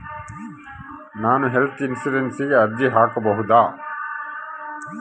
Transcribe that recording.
ನಾನು ಹೆಲ್ತ್ ಇನ್ಶೂರೆನ್ಸಿಗೆ ಅರ್ಜಿ ಹಾಕಬಹುದಾ?